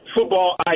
football